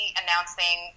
announcing